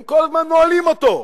הם כל הזמן נועלים אותו.